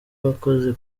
abakozi